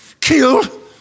killed